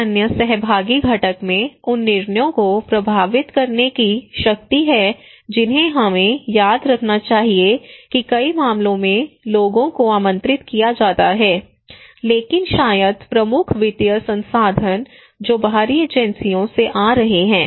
एक अन्य सहभागी घटक में उन निर्णयों को प्रभावित करने की शक्ति है जिन्हें हमें याद रखना चाहिए कि कई मामलों में लोगों को आमंत्रित किया जाता है लेकिन शायद प्रमुख वित्तीय संसाधन जो बाहरी एजेंसियों से आ रहे हैं